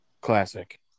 Classic